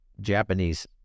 japanese